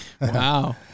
Wow